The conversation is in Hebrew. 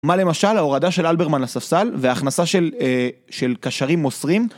מה למשל ההורדה של אלברמן לספסל והכנסה של קשרים מוסרים